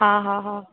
हा हा हा